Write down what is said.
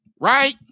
Right